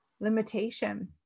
limitation